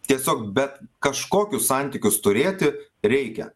tiesiog bet kažkokius santykius turėti reikia